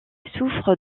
souffre